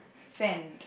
sand